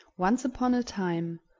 once upon a time,